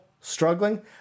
struggling